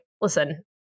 listen